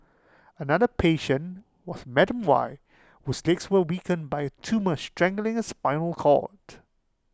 another patient was Madam Y whose legs were weakened by A tumour strangling spinal cord